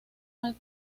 mal